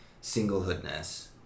single-hoodness